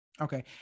Okay